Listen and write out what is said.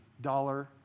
dollar